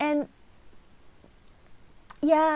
and ya